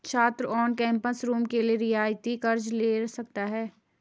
छात्र on campus room के लिए रियायती कर्ज़ ले सकता है